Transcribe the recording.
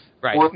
right